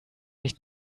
nicht